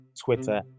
Twitter